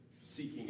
seeking